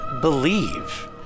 believe